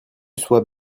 soit